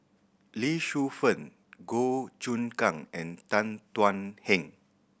Lee Shu Fen Goh Choon Kang and Tan Thuan Heng